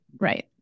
right